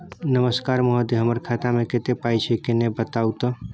नमस्कार महोदय, हमर खाता मे कत्ते पाई छै किन्ने बताऊ त?